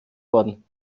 worden